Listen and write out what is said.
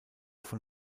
von